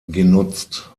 genutzt